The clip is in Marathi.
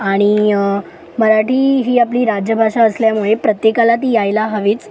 आणि मराठी ही आपली राज्यभाषा असल्यामुळे प्रत्येकाला ती यायला हवीच